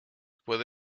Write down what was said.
puede